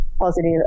positive